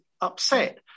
upset